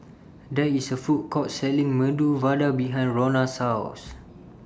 There IS A Food Court Selling Medu Vada behind Ronna's House